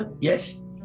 Yes